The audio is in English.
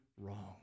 wrong